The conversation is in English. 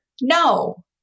No